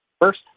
First